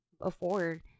afford